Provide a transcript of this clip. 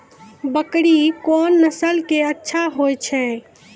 बकरी कोन नस्ल के अच्छा होय छै?